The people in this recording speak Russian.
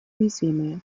уязвимые